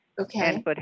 Okay